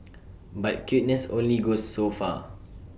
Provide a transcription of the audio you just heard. but cuteness only goes so far